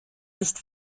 nicht